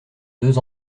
deux